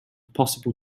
possible